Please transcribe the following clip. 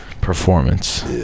performance